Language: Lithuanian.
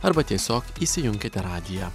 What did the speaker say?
arba tiesiog įsijunkite radiją